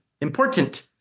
important